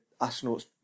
astronauts